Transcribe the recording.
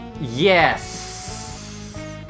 Yes